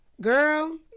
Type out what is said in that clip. girl